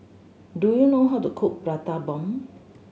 do you know how to cook Prata Bomb